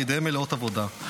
וידיהם מלאות עבודה.